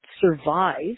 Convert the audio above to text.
survive